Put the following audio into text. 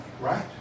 right